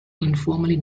informally